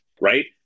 right